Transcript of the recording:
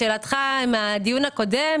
לשאלתך מהדיון הקודם,